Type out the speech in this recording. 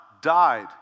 died